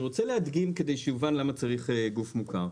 אני רוצה להדגים כדי שיובן למה צריך גוף מוכר.